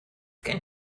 gen